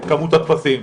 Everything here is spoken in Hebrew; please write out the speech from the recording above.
את כמות הטפסים.